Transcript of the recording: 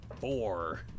Four